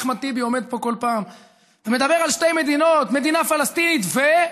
אחמד טיבי עומד פה כל פעם ומדבר על שתי מדינות: מדינה פלסטינית ו-?